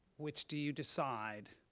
which do you decide?